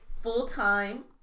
full-time